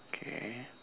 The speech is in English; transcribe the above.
okay